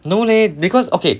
no leh because okay